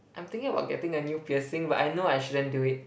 I'm thinking about getting a new piercing but I know I shouldn't do it